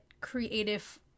creative